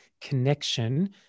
connection